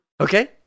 Okay